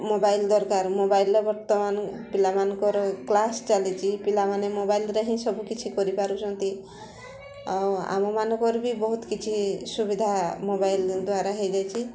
mobile ଦରକାର ମୋବାଇଲ୍ରେ ବର୍ତ୍ତମାନ ପିଲାମାନଙ୍କର କ୍ଲାସ୍ ଚାଲିଛି ପିଲାମାନେ ମୋବାଇଲ୍ରେ ହିଁ ସବୁକିଛି କରିପାରୁଛନ୍ତି ଆଉ ଆମ ମାନଙ୍କର ବି ବହୁତ କିଛି ସୁବିଧା ମୋବାଇଲ୍ ଦ୍ୱାରା ହେଇଯାଇଛି